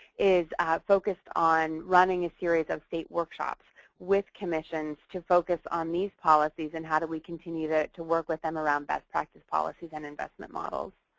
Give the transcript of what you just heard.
is focused on running a series of state workshops with commissions to focus on these policies and how do we continue to to work with them around best practice policies and investment models.